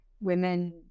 women